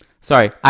Sorry